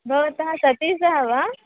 भवतः सतीशः वा